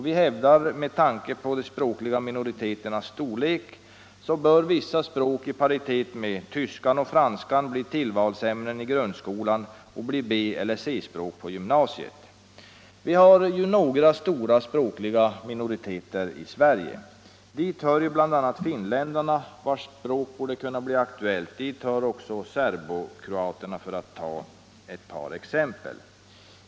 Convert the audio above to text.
Vi hävdar också med tanke på de språkliga minoriteternas storlek att vissa språk i paritet med tyskan och franskan bör bli tillvalsämnen i grundskolan och utgöra B eller C-språk på gymnasiet. Det finns några stora språkliga minoriteter i Sverige. Dit hör finländarna vilkas språk borde kunna bli aktuellt, och dit hör serbokroaterna, för att ta ett par exempel.